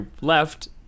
left